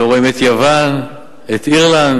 לא רואים את יוון, את אירלנד,